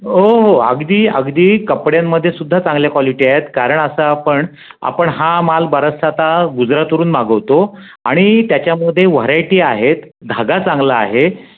हो हो अगदी अगदी कपड्यांमध्येसुद्धा चांगल्या कॉलीटी आहेत कारण आता आपण आपण हा माल बराचसा आता गुजरातवरून मागवतो आणि त्याच्यामध्ये व्हरायटी आहेत धागा चांगला आहे